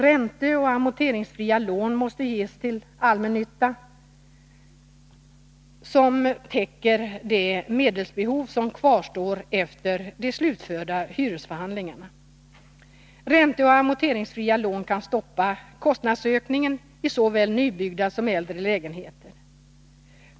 Ränteoch amorteringsfria lån måste ges till allmännyttan som täcker det medelsbehov som kvarstår efter de slutförda hyresförhandlingarna. Ränteoch amorteringsfria lån kan stoppa kostnadsökningen i såväl nybyggda som äldre lägenheter.